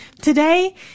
Today